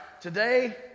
Today